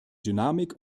dynamik